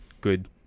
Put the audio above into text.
Good